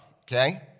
Okay